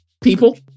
people